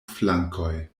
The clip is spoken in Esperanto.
flankoj